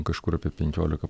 kažkur apie penkiolika